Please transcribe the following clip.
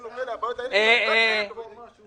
לגבי תקופות אלה,